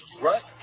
right